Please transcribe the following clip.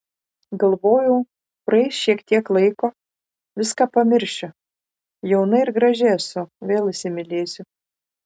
galvojau praeis šiek tiek laiko viską pamiršiu jauna ir graži esu vėl įsimylėsiu